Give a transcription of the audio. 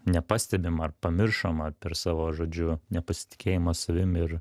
nepastebim ar pamiršom ar per savo žodžiu nepasitikėjimą savim ir